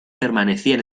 permanecían